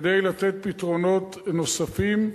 כדי לתת פתרונות נוספים,